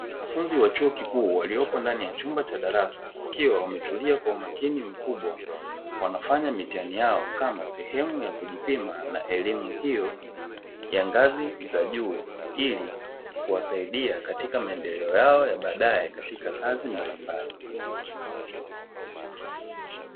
Wanafunzi wa chuo kikuu waliopo ndani ya chumba cha darasa wakiwa wametulia kwa umakini mkubwa wanafanya mitihani yao kama sehemu ya kujipima na elimu hiyo ya ngazi za juu, ili kuwasaidia katika maendeleo yao ya baadaye katika kazi mbalimbali.